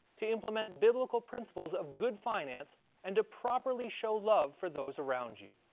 to implement biblical principles of good finance and to properly show love for those around you.